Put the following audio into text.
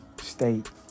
state